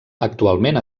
actualment